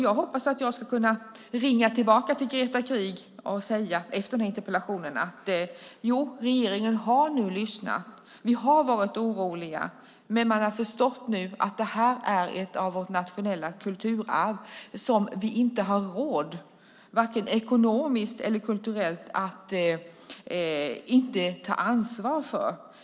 Jag hoppas att jag ska kunna ringa tillbaka till Greta Krieg efter den här interpellationsdebatten och säga att regeringen har lyssnat. Vi har varit oroliga, men man har nu förstått att det här är en del av vårt nationella kulturarv som vi inte har råd, vare sig ekonomiskt eller kulturellt, att inte ta ansvar för.